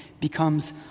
becomes